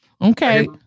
Okay